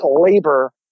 labor